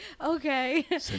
okay